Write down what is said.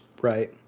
Right